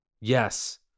Yes